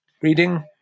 reading